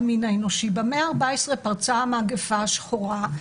המין האנושי במאה ה-14 פרצה המגיפה השחורה,